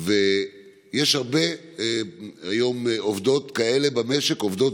יש היום הרבה עובדות ועובדים כאלה במשק.